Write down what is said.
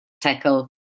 tackle